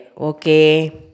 Okay